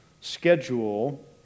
Schedule